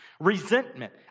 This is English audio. Resentment